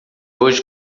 hoje